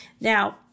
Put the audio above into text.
Now